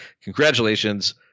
Congratulations